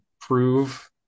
prove